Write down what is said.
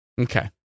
Okay